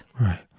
Right